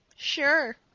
Sure